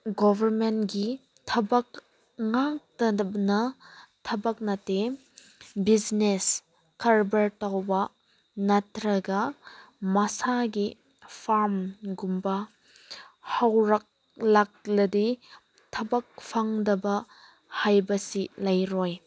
ꯒꯣꯕꯔꯃꯦꯟꯒꯤ ꯊꯕꯛ ꯉꯥꯀꯇꯅ ꯊꯕꯛ ꯅꯠꯇꯦ ꯕꯤꯖꯤꯅꯦꯁ ꯀꯔꯕꯥꯔ ꯇꯧꯕ ꯅꯠꯇ꯭ꯔꯒ ꯃꯁꯥꯒꯤ ꯐꯥꯝꯒꯨꯝꯕ ꯍꯧꯔꯛꯂꯛꯂꯗꯤ ꯊꯕꯛ ꯐꯪꯗꯕ ꯍꯥꯏꯕꯁꯤ ꯂꯩꯔꯣꯏ